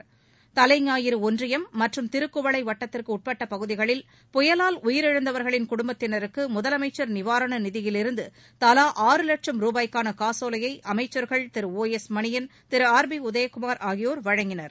திரு O S Manian Thalaignayiru ஒன்றியம் மற்றும் திருக்குவளை வட்டத்திற்கு உட்பட்ட பகுதிகளில் புயலால் உயிரிழந்தவர்களின் குடும்பத்தினருக்கு முதலமைச்சர் நிவாரண நிதியிலிருந்து தலா ஆறு லட்சம் ரூபாய்க்கான காசோலைய அமைச்சர்கள் Thiru O S Manian Thiru R B Udhayakumar ஆகியோர் வழங்கினர்